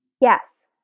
Yes